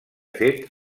fet